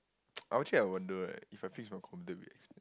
I actually I wonder right if I fix my computer will it be expensive